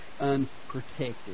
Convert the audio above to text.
unprotected